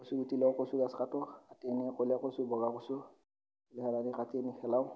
কচু গুটি লওঁ কচু গছ কাটো কাটি আনি ক'লা কচু বগা কচু এইগিলাখান আনি কাটি আনি খেলাওঁ